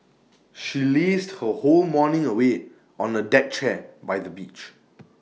she lazed her whole morning away on A deck chair by the beach